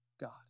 God